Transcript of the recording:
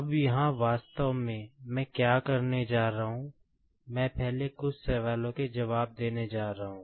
अब यहां वास्तव में मैं क्या करने जा रहा हूं मैं पहले कुछ सवालों के जवाब देने जा रहा हूं